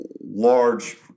large